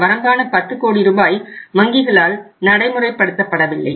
இந்த வரம்பான 10 கோடி ரூபாய் வங்கிகளால் நடைமுறைப்படுத்தப்படவில்லை